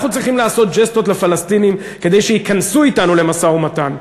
אנחנו צריכים לעשות ג'סטות לפלסטינים כדי שייכנסו אתנו למשא-ומתן?